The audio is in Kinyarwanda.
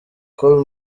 col